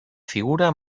figura